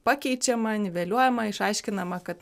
pakeičiama niveliuojama išaiškinama kad